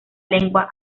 lengua